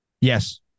Yes